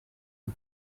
and